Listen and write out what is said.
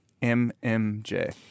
M-M-J